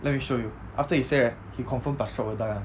let me show you after he say right he confirm plus chop will die [one]